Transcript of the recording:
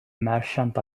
merchant